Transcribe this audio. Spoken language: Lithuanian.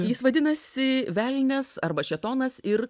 jis vadinasi velnias arba šėtonas ir